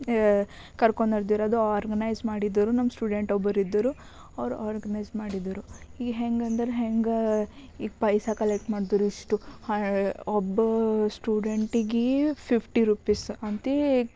ಕರ್ಕೊಂಡು ನಡೆದಿರೋದು ಆರ್ಗನೈಸ್ ಮಾಡಿದ್ದೊರು ನಮ್ಮ ಸ್ಟೂಡೆಂಟ್ ಒಬ್ಬರಿದ್ದರು ಅವರು ಆರ್ಗನೈಸ್ ಮಾಡಿದ್ದರು ಈ ಹೆಂಗಂದ್ರ ಹೆಂಗೆ ಈಗ ಪೈಸ ಕಲೆಕ್ಟ್ ಮಾಡ್ದೊರಿಷ್ಟು ಒಬ್ಬ ಸ್ಟೂಡೆಂಟಿಗೆ ಫಿಫ್ಟಿ ರುಪಿಸ್ ಅಂತ